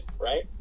right